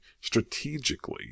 strategically